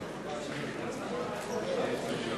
קראתי וקראתי.